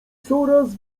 coraz